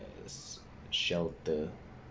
this shelter